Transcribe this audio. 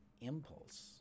impulse